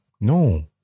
No